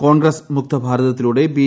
കോൺഗ്രസ് മുക്ത ഭാരത്തിലൂടെ ബി